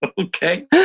Okay